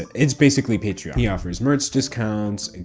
it's basically patreon. he offers merch discounts, and